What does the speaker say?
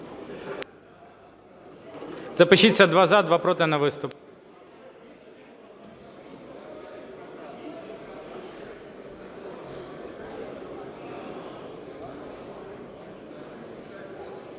Запишіться: два – за, два – проти, на виступ.